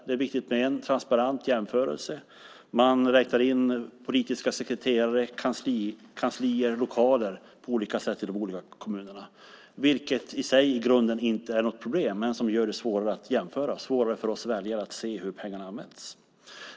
Det är viktigt med en transparent jämförelse. Man räknar in politiska sekreterare, kanslier, lokaler och så vidare på olika sätt i de olika kommunerna. Det är i grunden inte något problem, men det gör det svårare för oss väljare att se hur pengarna används.